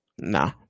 Nah